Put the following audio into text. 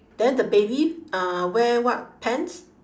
then the baby uh wear what pants